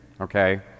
okay